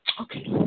Okay